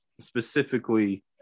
specifically